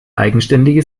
eigenständige